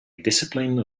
discipline